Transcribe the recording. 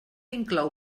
inclou